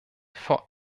vor